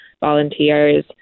volunteers